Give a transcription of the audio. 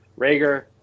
Rager